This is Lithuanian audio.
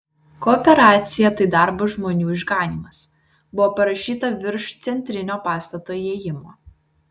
kooperacija tai darbo žmonių išganymas buvo parašyta virš centrinio pastato įėjimo